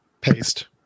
paste